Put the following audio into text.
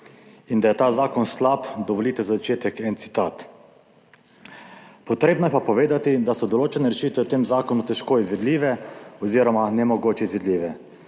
In da je ta zakon slab – dovolite za začetek en citat. »Potrebno je pa povedati, da so določene rešitve v tem zakonu težko izvedljive oziroma nemogoče izvedljive.